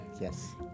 Yes